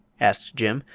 asked jim,